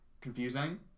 confusing